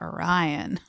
Orion